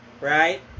right